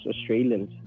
Australians